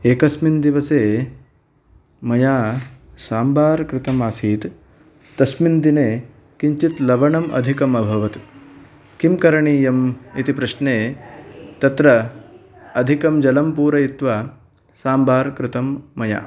एकस्मिन् दिवसे मया साम्भार् कृतम् आसीत् तस्मिन् दिने किञ्चिद् लवणम् अधिकम् अभवत् किं करणीयं इति प्रश्ने तत्र अधिकं जलं पूरयित्वा साम्भार् कृतं मया